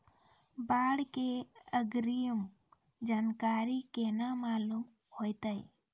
बाढ़ के अग्रिम जानकारी केना मालूम होइतै?